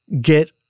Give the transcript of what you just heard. get